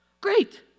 Great